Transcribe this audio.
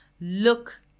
Look